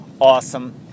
awesome